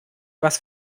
was